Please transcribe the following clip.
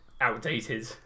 outdated